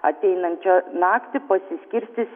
ateinančią naktį pasiskirstys